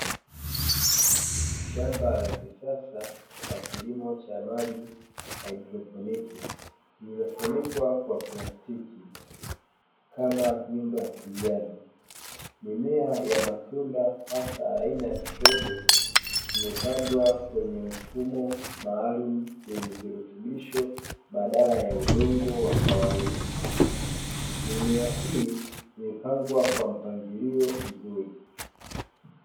Shamba la kisasa la kilimo cha maji "hydroponic", lililofunikwa kwa plastiki kama nyumba ya kijani mimea ya matunda hasa aina ya strobeli, imepandwa kwenye mfumo maalumu yenye virutubisho badala ya udongo wa kawaida mimea hii ni mipandwa kwa mpangilio mzuri.